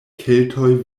keltoj